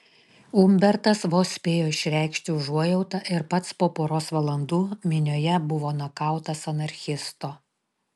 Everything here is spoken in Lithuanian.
umbertas vos spėjo išreikšti užuojautą ir pats po poros valandų minioje buvo nukautas anarchisto